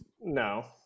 no